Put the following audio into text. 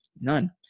none